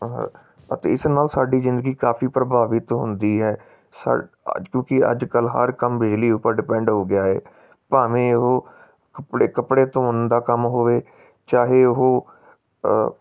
ਅਤੇ ਇਸ ਨਾਲ ਸਾਡੀ ਜ਼ਿੰਦਗੀ ਕਾਫੀ ਪ੍ਰਭਾਵਿਤ ਹੁੰਦੀ ਹੈ ਸਾ ਅੱਜ ਕਿਉਂਕਿ ਅੱਜ ਕੱਲ੍ਹ ਹਰ ਕੰਮ ਬਿਜਲੀ ਉੱਪਰ ਡਿਪੈਂਡ ਹੋ ਗਿਆ ਹੈ ਭਾਵੇਂ ਉਹ ਕੱਪੜੇ ਕੱਪੜੇ ਧੋਣ ਦਾ ਕੰਮ ਹੋਵੇ ਚਾਹੇ ਉਹ